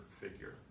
figure